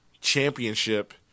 championship